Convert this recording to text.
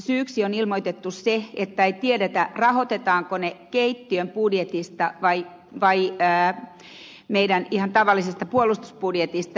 syyksi on ilmoitettu se että ei tiedetä rahoitetaanko ne keittiön budjetista vai ihan tavallisesta puolustusbudjetista